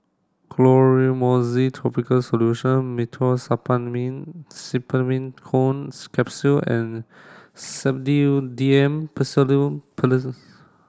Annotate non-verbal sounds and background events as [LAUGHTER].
Clotrimozole topical solution Meteospasmyl Simeticone Capsules and Sedilix D M [UNINTELLIGIBLE]